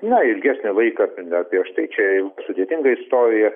na ilgesnį laiką ten dar prieš tai čia jau sudėtinga istorija